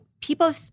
people